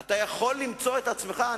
אתה יכול למצוא את עצמך,